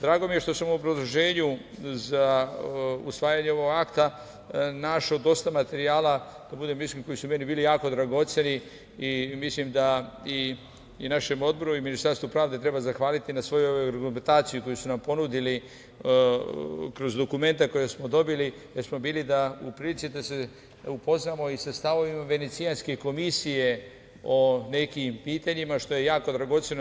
Drago mi je što sam u produženju za usvajanju ovog akta našao dosta materijala, da budem iskren, koji su meni bili jako dragoceni i mislim i našem odboru i Ministarstvu pravde treba zahvaliti na svoj ovoj argumentaciji koju su nam ponudili kroz dokumenta koja smo dobili, jer smo bili u prilici da se upoznamo i sa stavovima Venecijanske komisije o nekim pitanjima, što je jako dragoceno.